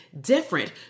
different